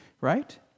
right